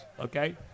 Okay